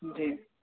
जी